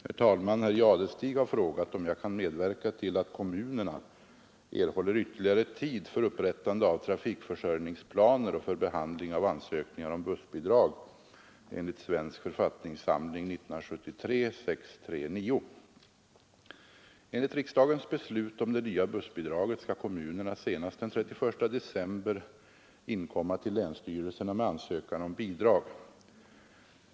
Herr talman! Herr Jadestig har frågat om jag kan medverka till att kommunerna erhåller ytterligare tid för upprättande av trafikförsörjningsplaner och för behandling av ansökningar om bussbidrag enligt SFS 1973:639. Enligt riksdagens beslut om det nya bussbidraget skall kommunerna senast den 31 december inkomma till länsstyrelserna med ansökan om bidrag.